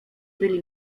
byli